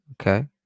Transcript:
okay